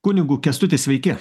kunigu kęstuti sveiki